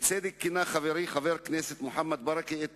בצדק כינה חברי חבר הכנסת מוחמד ברכה את